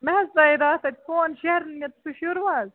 مےٚ حظ ترٛاوَے راتھ اَتہِ فون شیرنہِ سُہ شوٗروٕ حظ